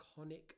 iconic